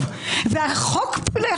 דקות,